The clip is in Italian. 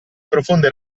profonde